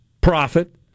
Profit